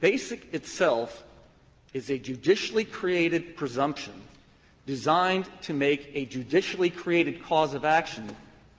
basic itself is a judicially created presumption designed to make a judicially created cause of action